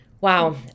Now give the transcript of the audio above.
Wow